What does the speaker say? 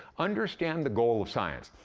understand the goal of science.